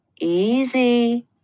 Easy